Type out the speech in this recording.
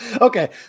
Okay